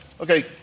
Okay